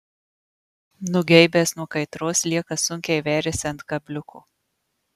nugeibęs nuo kaitros sliekas sunkiai veriasi ant kabliuko